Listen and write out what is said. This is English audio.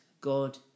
God